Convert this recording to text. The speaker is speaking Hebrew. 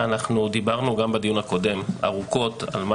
אנחנו דיברנו גם בדיון הקודם ארוכות על מה